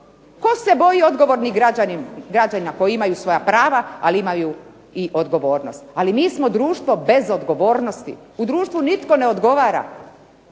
Tko se boji odgovornih građana koji imaju svoja prava, ali imaju i odgovornost, ali mi smo društvo bez odgovornosti, u društvu nitko ne odgovara,